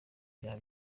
byaha